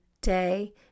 day